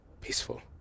Peaceful